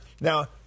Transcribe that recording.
now